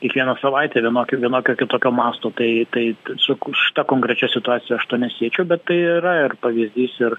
kiekvieną savaitę vienokio vienokioar kitokio masto tai tai su ta konkrečia situacija aš to nesiečiau bet tai yra ir pavyzdys ir